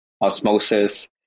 osmosis